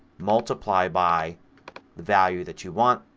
multiply by value that you want,